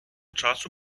часу